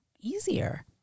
easier